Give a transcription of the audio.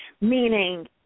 meaning